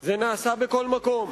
זה נעשה בכל מקום,